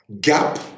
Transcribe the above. gap